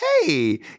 hey